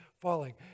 falling